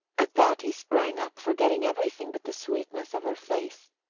at that he sprang up, forgetting everything but the sweetness of her face.